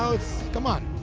so it's come on!